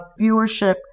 viewership